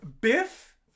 Biff